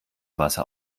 wasser